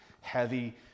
heavy